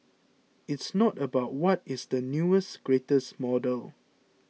it's not about what is the newest greatest model